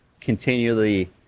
continually